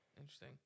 Interesting